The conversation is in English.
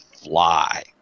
fly